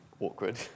Awkward